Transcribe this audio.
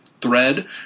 thread